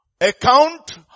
account